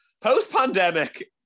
Post-pandemic